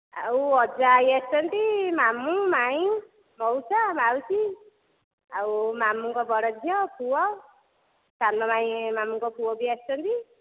ଆଉ ଅଜା ଆଈ ଆସିଛନ୍ତି ମାମୁଁ ମାଇଁ ମଉସା ମାଉସୀ ଆଉ ମାମୁଁଙ୍କ ବଡ଼ ଝିଅ ପୁଅ ସାନ ମାଇଁ ମାମୁଁଙ୍କ ପୁଅ ବି ଆସିଛନ୍ତି